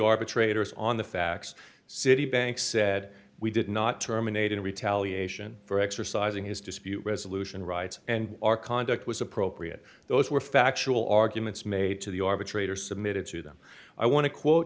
arbitrators on the facts citibank said we did not terminate in retaliation for exercising his dispute resolution rights and our conduct was appropriate those were factual arguments made to the arbitrator submitted to them i want to quote